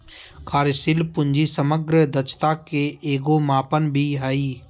कार्यशील पूंजी समग्र दक्षता के एगो मापन भी हइ